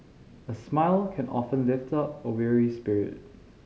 a smile can often lift up a weary spirit